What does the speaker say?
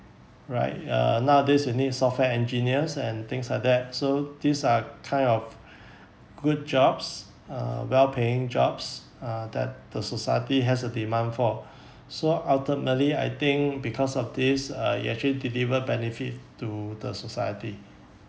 right ya nowadays you need software engineers and things like that so these are kind of good jobs uh well paying jobs uh that the society has a demand for so ultimately I think because of this uh it actually deliver benefit to the society